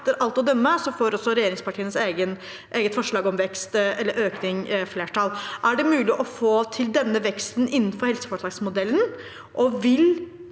etter alt å dømme får også regjeringspartienes eget forslag om økning flertall. Er det mulig å få til denne veksten innenfor helseforetaksmodellen,